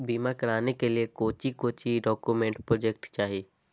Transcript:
बीमा कराने के लिए कोच्चि कोच्चि डॉक्यूमेंट प्रोजेक्ट चाहिए?